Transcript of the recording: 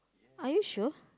are you sure